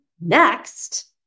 next